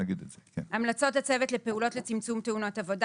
המלצות הצוות לפעולות לצמצום תאונות עבודה,